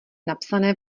napsané